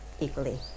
equally